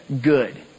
good